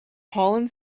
pollen